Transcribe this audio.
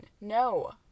No